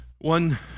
One